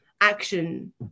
action